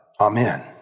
Amen